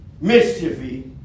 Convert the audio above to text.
mischief